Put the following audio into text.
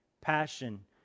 passion